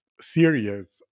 serious